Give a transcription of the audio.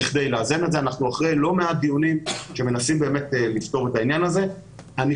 אנחנו עכשיו על 130 ועוד תוספת של 30. אני